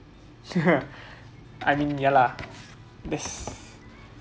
I mean ya lah that's